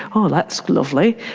oh, that's lovely.